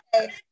okay